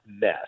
mess